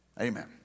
Amen